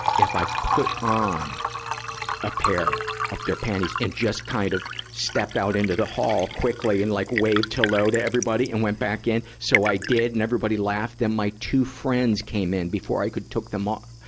if i put on a pair of their panties and just kind of stepped out into the hall quickly and like waved hello to everybody and went back in. so i did, and everybody laughed. then my two friends came in before i could took them off,